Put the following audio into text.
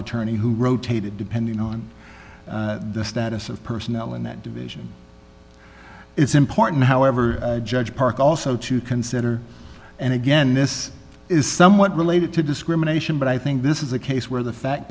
attorney who rotated depending on the status of personnel in that division it's important however judge parker also to consider and again this is somewhat related to discrimination but i think this is a case where the fact